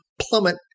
plummet